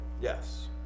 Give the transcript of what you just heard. Yes